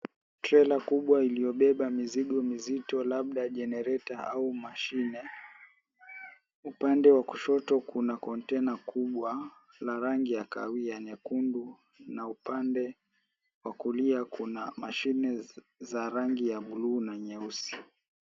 Trela kubwa iliyobeba mizigo mizito labda jenereta au mashine, upande wa kushoto kuna kontena kubwa la rangi ya kahawia nyekundu na upande wa kulia kuna mashine za rangi ya blue na nyeusi.